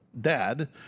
Dad